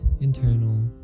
internal